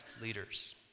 leaders